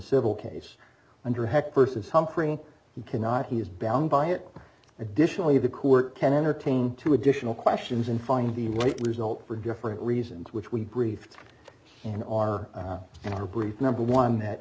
civil case under hecht vs humphrey you cannot he is bound by it additionally the court can entertain two additional questions and find the right result for different reasons which we briefed in our in our brief number one that